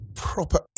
Proper